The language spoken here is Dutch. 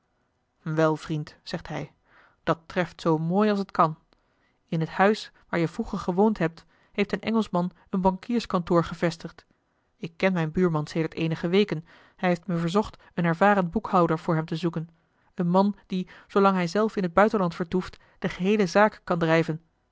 wel vriend zegt hij dat treft zoo mooi als t kan in het huis waar je vroeger gewoond hebt heeft een engelschman een bankierskantoor gevestigd ik ken mijn buurman sedert eenige weken hij heeft me verzocht een ervaren boekhouder voor hem te zoeken een man die zoolang hij zelf in het buitenland vertoeft de geheele zaak kan drijven